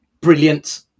brilliant